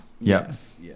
Yes